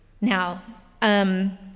Now